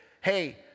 hey